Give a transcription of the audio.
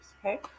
okay